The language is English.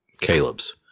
Caleb's